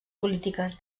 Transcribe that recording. polítiques